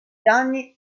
danni